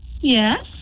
Yes